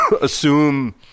assume